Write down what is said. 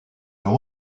leur